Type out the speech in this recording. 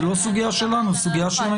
זה לא סוגיה שלנו אלא של הממשלה.